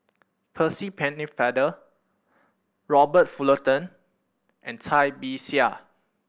Percy Pennefather Robert Fullerton and Cai Bixia